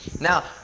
Now